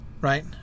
right